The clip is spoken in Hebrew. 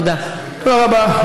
תודה רבה.